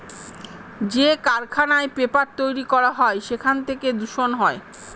যে কারখানায় পেপার তৈরী করা হয় সেখান থেকে দূষণ হয়